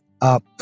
up